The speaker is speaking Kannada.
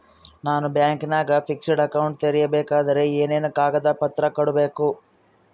ನಾನು ಬ್ಯಾಂಕಿನಾಗ ಫಿಕ್ಸೆಡ್ ಅಕೌಂಟ್ ತೆರಿಬೇಕಾದರೆ ಏನೇನು ಕಾಗದ ಪತ್ರ ಕೊಡ್ಬೇಕು?